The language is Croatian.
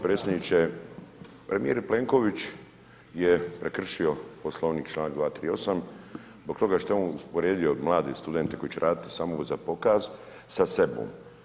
Predsjedniče, premijer Plenković je prekršio Poslovnik članak 238. zbog toga što je on usporedio mlade studente koji će raditi samo za pokaz sa sobom.